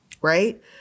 Right